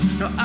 no